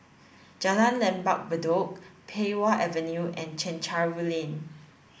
Jalan Lembah Bedok Pei Wah Avenue and Chencharu Lane